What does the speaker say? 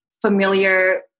familiar